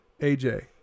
AJ